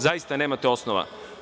Zaista nemate osnova.